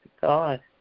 God